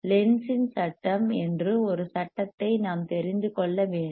லென்ஸின் சட்டம் என்று ஒரு சட்டத்தை நாம் தெரிந்து கொள்ள வேண்டும்